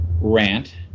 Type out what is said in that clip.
rant